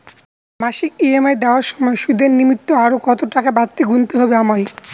মাসিক ই.এম.আই দেওয়ার সময়ে সুদের নিমিত্ত আরো কতটাকা বাড়তি গুণতে হবে আমায়?